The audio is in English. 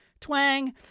twang